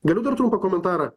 galiu dar trumpą komentarą